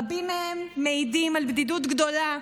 רבים מהם מעידים על בדידות גדולה,